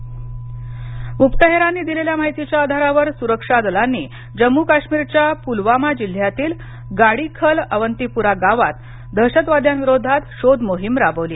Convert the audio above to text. अवंतीपरा कारवाई् गुप्तहेरांनी दिलेल्या माहितीच्या आधारावर सुरक्षा दलांनी जम्मू काश्मीरच्या पुलवामा जिल्ह्यातील गाडीखल अवंतीप्रा गावात दहशतवाद्यांविरोधात शोधमोहीम राबविली